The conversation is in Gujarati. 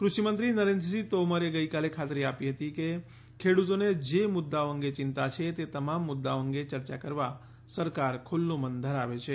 કૃષિમંત્રી નરેન્દ્રસિંહ તોમરે ગઈકાલે ખાતરી આપી હતી કે ખેડૂતોને જે મુદ્દાઓ અંગે ચિંતા છે તે તમામ મુદ્દાઓ અંગે ચર્ચા કરવા સરકાર ખુલ્લુ મન ધરાવે છે